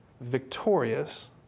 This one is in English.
victorious